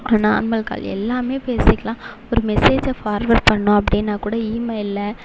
normal call எல்லாம் பேசிக்கலாம் ஒரு மெசேஜை ஃபார்வேர்ட் பண்ணணும் அப்படினா கூட ஈமெயிலில்